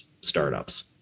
startups